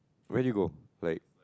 where did you go like